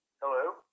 Hello